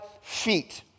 feet